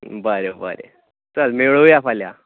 बरें बरें चल मेळुया फाल्यां